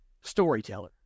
storyteller